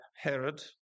Herod